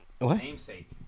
namesake